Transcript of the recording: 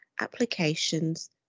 applications